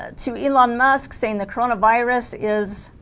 ah to elon musk saying the corona virus is